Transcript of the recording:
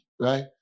right